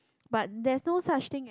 but there's no such thing as